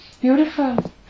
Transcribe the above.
Beautiful